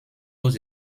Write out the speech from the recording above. aux